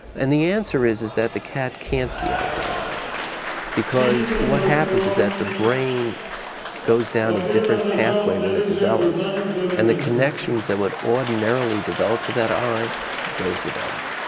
and the answer is is that the cat can't see out of that eye because what happens is that the brain goes down a different pathway when it develops and the connections that would ordinarily develop to that eye don't develop.